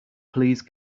please